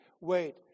Wait